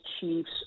Chiefs